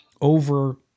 over